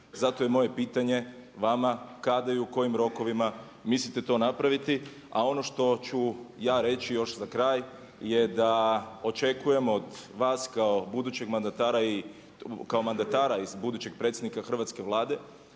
Zato je moje pitanje vama kada i u kojim rokovima mislite to napraviti? A ono što ću ja reći još za kraj je da očekujemo od vas kao budućeg mandatara i kao mandatara iz budućeg predsjednika Hrvatske vlade